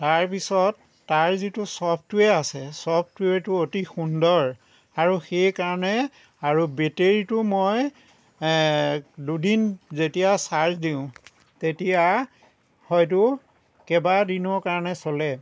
তাৰপিছত তাৰ যিটো চফটৱেৰ আছে চফটৱেৰটো অতি সুন্দৰ আৰু সেইকাৰণে আৰু বেটেৰীটো মই দুদিন যেতিয়া চাৰ্জ দিওঁ তেতিয়া হয়তো কেইবা দিনৰ কাৰণে চলে